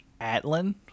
Atlin